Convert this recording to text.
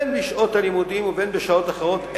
בין בשעות הלימודים ובין בשעות אחרות,